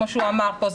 כמו שהוא אמר פה,